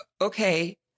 Okay